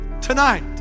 tonight